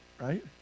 right